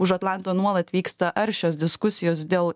už atlanto nuolat vyksta aršios diskusijos dėl